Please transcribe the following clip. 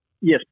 yes